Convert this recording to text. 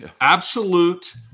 Absolute